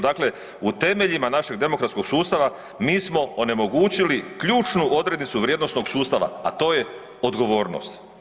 Dakle, u temeljima našeg demokratskog sustava mi smo onemogućili ključnu odrednicu vrijednosnog sustava, a to je odgovornost.